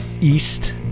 east